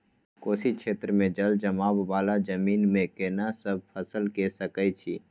कोशी क्षेत्र मे जलजमाव वाला जमीन मे केना सब फसल के सकय छी?